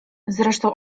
zresztą